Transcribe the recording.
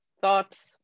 thoughts